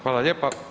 Hvala lijepa.